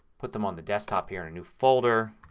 put them on the desktop here in a new folder